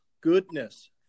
goodness